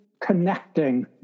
connecting